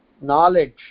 knowledge